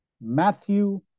Matthew